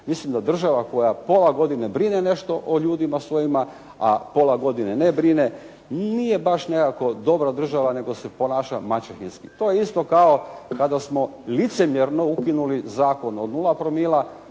Mislim da država koja pola godine brine nešto o ljudima svojima, a pola godine ne brine nije baš nekako dobra država nego se ponaša maćehinski. To je isto kao kada smo licemjerno ukinuli zakon o 0,0 promila,